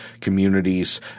communities